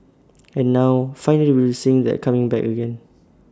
and now finally we're seeing that coming back again